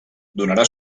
donarà